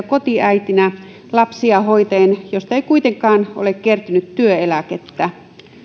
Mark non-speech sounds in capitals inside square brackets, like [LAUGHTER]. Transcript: [UNINTELLIGIBLE] kotiäitinä lapsia hoitaen erittäin tärkeää työtä josta ei kuitenkaan ole kertynyt työeläkettä